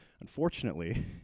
Unfortunately